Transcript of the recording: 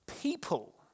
people